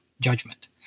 Judgment